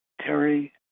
Terry